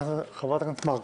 חברת הכנסת מארק.